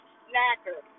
snacker